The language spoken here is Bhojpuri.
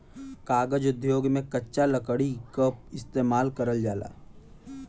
कागज उद्योग में कच्चा लकड़ी क इस्तेमाल करल जाला